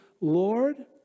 Lord